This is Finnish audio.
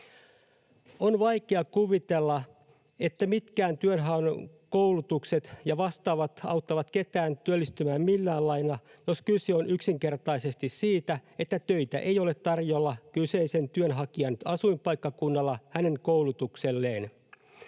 On vaikea kuvitella, että mitkään työhaunkoulutukset ja vastaavat auttavat ketään työllistymään millään lailla, jos kyse on yksinkertaisesti siitä, että töitä ei ole tarjolla kyseisen työnhakijan asuinpaikkakunnalla hänen koulutukselleen.